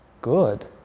good